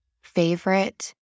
favorite